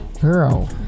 girl